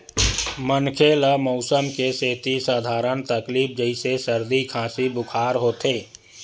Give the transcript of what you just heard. मनखे ल मउसम के सेती सधारन तकलीफ जइसे सरदी, खांसी, बुखार होथे